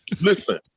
Listen